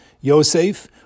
Yosef